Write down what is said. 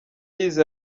yize